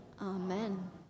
Amen